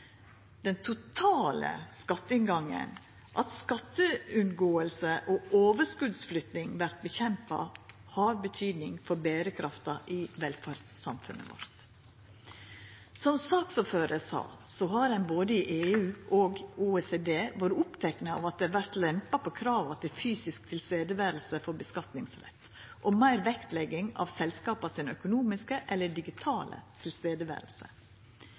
Den totale skatteinngangen, at skatteunngåing og overskotsflytting vert nedkjempa, har betydning for berekrafta i velferdssamfunnet vårt. Som saksordføraren sa, har ein både i EU og i OECD vore opptekne av at det vert lempa på krava til fysisk nærvær for skattleggingsrett og større vektlegging av økonomisk eller digitalt nærvær. Målet er å få skattlagt fortenesta til selskapa